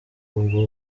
ubwo